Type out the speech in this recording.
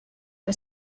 que